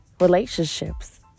relationships